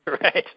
right